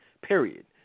Period